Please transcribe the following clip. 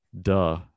duh